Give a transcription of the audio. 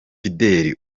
fidele